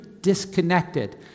disconnected